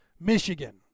Michigan